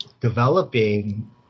Developing